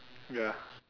ya